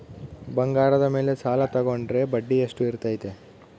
ಬಂಗಾರದ ಮೇಲೆ ಸಾಲ ತೋಗೊಂಡ್ರೆ ಬಡ್ಡಿ ಎಷ್ಟು ಇರ್ತೈತೆ?